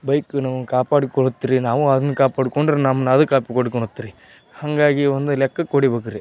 ಬೈಕನ್ನೂ ಕಾಪಾಡಿಕೊಳ್ತ್ರಿ ನಾವು ಅದ್ನ ಕಾಪಾಡ್ಕೊಂಡ್ರೆ ನಮ್ನ ಅದು ಕಾಪಾಡ್ಕೊಳ್ತ್ರಿ ಹಾಗಾಗಿ ಒಂದು ಲೆಕ್ಕಕ್ಕೆ ಹೊಡಿಬೇಕ್ರಿ